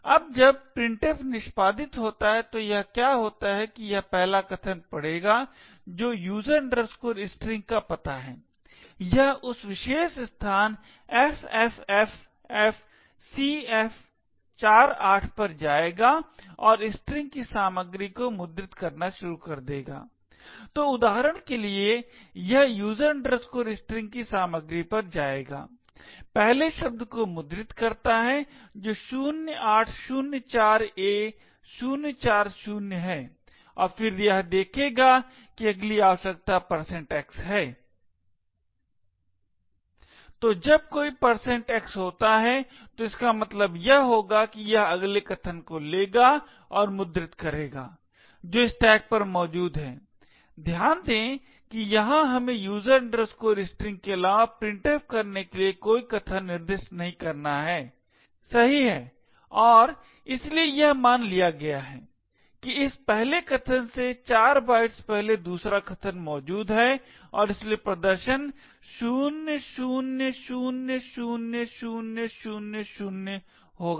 अब जब printf निष्पादित होता है तो यह क्या होता है कि यह पहला कथन पढेगा जो user string का पता है यह उस विशेष स्थान ffffcf48 पर जाएगा और स्ट्रिंग की सामग्री को मुद्रित करना शुरू कर देगा तो उदाहरण के लिए यह user string की सामग्री पर जाएगा पहले शब्द को मुद्रित करता है जो 0804a040 है और फिर यह देखेगा कि अगली आवश्यकता x है तो जब कोई x होता है तो इसका मतलब यह होगा कि यह अगले कथन को लेगा और मुद्रित करेगा जो स्टैक पर मौजूद है ध्यान दें कि यहां हमें user string के अलावा printf करने के लिए कोई कथन निर्दिष्ट नहीं करना है सही है और इसलिए यह मान लिया गया है कि इस पहले कथन से 4 बाइट्स पहले दूसरा कथन मौजूद है और इसलिए प्रदर्शन 00000000 होगा